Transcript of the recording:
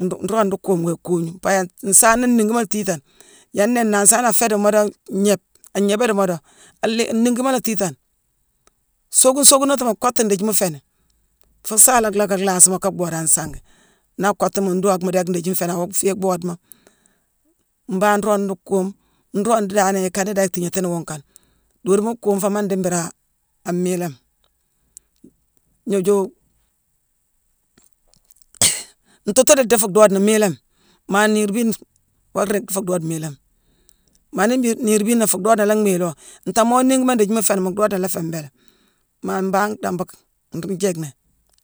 nruu- nroog léé nruu kuuma, ikoognu. Pabia nsaana nniigi mo la tiitane, yééne nnéé nnansi-hani a féé dii moodo gnéébe, agnéébé dii moodo aléé-niigimo la tiitane. Sookune sookunatimo kottu ndiithi mu fééni, fuu saala lacka lhaasimo ka bhoode an sangi. Naa akottu mu ndookhma déck ndiithi nfééni-awoo-aféé bhoode moo. Mbangh nroog la nruu kuume, nroog la dan-ikana dan itéégnéti wuunkane. Doodune mu kuume foo, maa ndii mbiri aa miilamoo. Gnooju ntuutude la dhii fuu dhoodena miilaami. Maa niir biina woo réé dhii fuu dhoode miilaami. Maa nii bhii niir biina fuu dhoodena la mhiiloo, ntaa moo nniigima ndiithi muu fééni, mu dhoodena la féé mbéélé. Maa mbangh damback nruu-njiickni,